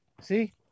See